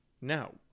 No